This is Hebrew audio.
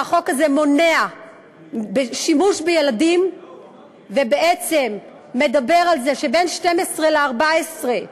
והחוק הזה מונע שימוש בילדים ובעצם מדבר על זה שבין 12 ל-14,